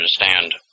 understand